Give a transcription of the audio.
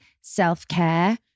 self-care